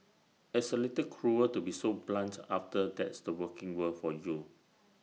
it's A little cruel to be so blunt after that's the working world for you